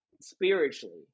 spiritually